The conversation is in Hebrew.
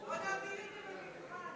בוא ונעמיד את זה במבחן.